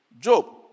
Job